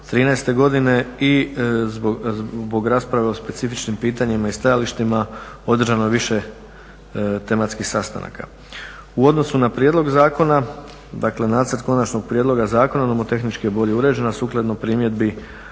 2013. godine. I zbog rasprave o specifičnim pitanjima i stajalištima održano je više tematskih sastanaka. U odnosu na prijedlog zakona, dakle nacrt konačnog prijedloga zakona nomotehnički je bolje uređeno, a sukladno primjedbi